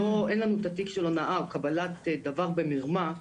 אין לנו את התיק של הונאה או קבלת דבר במרמה,